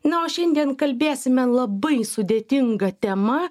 na o šiandien kalbėsime labai sudėtinga tema